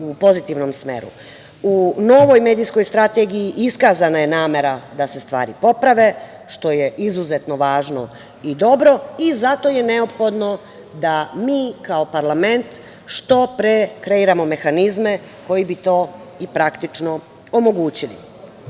U novoj medijskoj strategiji iskazana je namera da se stvari poprave što je izuzetno važno i dobro i zato je neophodno da mi kao parlament što pre kreiramo mehanizme koji bi to i praktično omogućili. Evo